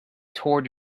toward